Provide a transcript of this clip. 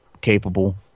capable